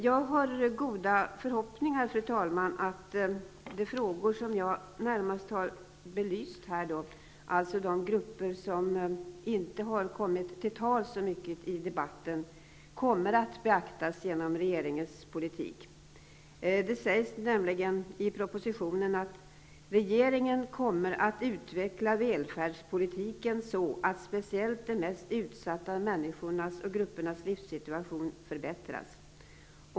Jag har goda förhoppningar, fru talman, att de frågor som jag närmast har belyst, alltså förhållandena för grupper som inte har kommit till tals så mycket i debatten, kommer att beaktas genom regeringens politik. Det sägs nämligen i propositionen att regeringen kommer att utveckla välfärdspolitiken så att speciellt de mest utsatta människornas och gruppernas livssituation förbättras.